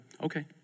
okay